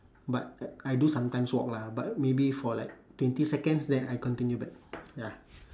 but I I do sometimes walk lah but maybe for like twenty seconds then I continue back ya